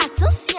Attention